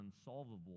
unsolvable